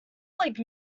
like